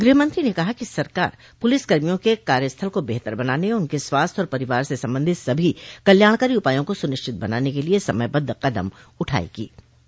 गृहमंत्री ने कहा कि सरकार पुलिसकर्मियों के कार्य स्थल को बेहतर बनाने उनके स्वास्थ्य और परिवार से संबंधित सभी कल्याणकारी उपायों को सुनिश्चित बनाने के लिए समयबद्ध कदम उठायेगो